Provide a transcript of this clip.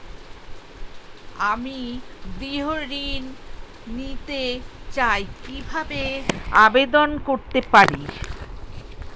আমি গৃহ ঋণ নিতে চাই কিভাবে আবেদন করতে পারি?